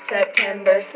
September